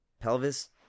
pelvis